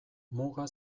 muga